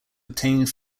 obtained